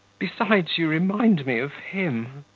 besides, you remind me of him.